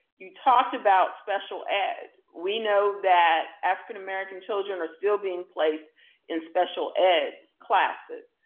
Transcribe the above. you talked about special ed. we know that african american children are still being placed in special ed classes.